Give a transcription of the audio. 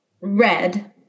Red